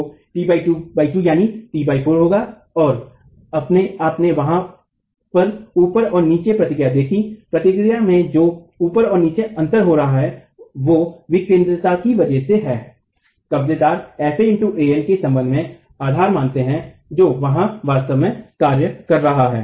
तो t22 यानि t4 होगा और आपने वहाँ पर ऊपर और नीचे प्रतिक्रिया देखी प्रतिक्रिया में जो ऊपर और नीचे अंतर हो रहा है वो विकेन्द्रता की वजह से है कब्जेदार fa x An के सम्बन्ध में आधार मानते है जो वहाँ वास्तव में कार्य कर रहा है